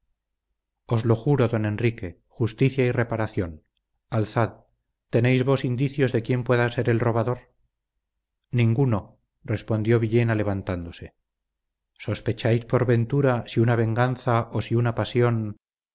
os juro don enrique justicia y reparación alzad tenéis vos indicios de quién pueda ser el robador ninguno respondió villena levantándose sospecháis por ventura si una venganza o si una pasión